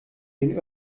den